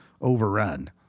overrun